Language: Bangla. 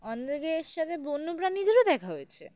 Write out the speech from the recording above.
অন্যদের সাথে বন্যপ্রাণীদেরও দেখা হয়েছে